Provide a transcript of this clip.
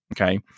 okay